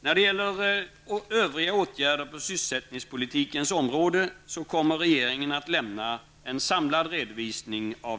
Vad avser övriga åtgärder på sysselsättningspolitikens område kommer regeringen inom kort att lämna en samlad redovisning.